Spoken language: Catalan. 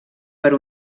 per